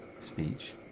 speech